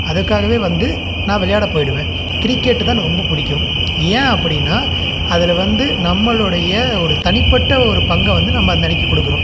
அதற்காகவே வந்து நான் விளையாட போய்டுவேன் கிரிக்கெட்டு தான் எனக்கு ரொம்ப பிடிக்கும் ஏன் அப்படின்னா அதில் வந்து நம்மளுடைய ஒரு தனிப்பட்ட ஒரு பங்கை வந்து நம்ம அந்த அணிக்கு கொடுக்குறோம்